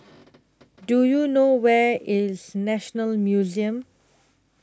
Do YOU know Where IS National Museum